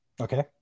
Okay